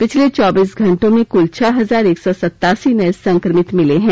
पिछले चौबीस घंटों में क्ल छह हजार एक सौ सतासी नये संक्रमित मिले हैं